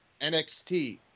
NXT